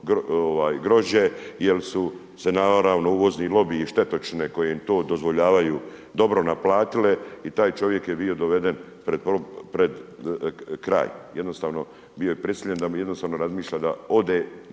grožđe jer su se naravno, uvozni lobiji i štetočine koje im to dozvoljavaju, dobro naplatile i taj čovjek je bio doveden pred kraj. Jednostavno bio je prisiljen da jednostavno razmišlja da ode u